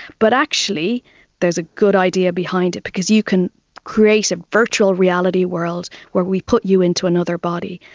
but actually there is a good idea behind it because you can create a virtual reality world where we put you into another body.